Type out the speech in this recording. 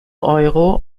euro